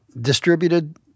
distributed